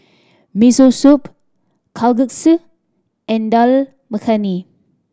Miso Soup Kalguksu and Dal Makhani